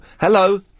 Hello